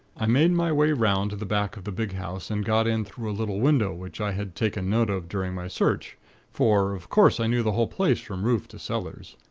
i made my way round to the back of the big house, and got in through a little window which i had taken note of during my search for, of course, i knew the whole place from roof to cellars.